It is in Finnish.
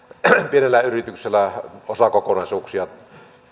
pienellä yrityksellä osakokonaisuuksia